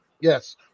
Yes